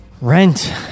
Rent